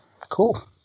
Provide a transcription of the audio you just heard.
Cool